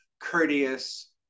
courteous